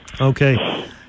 Okay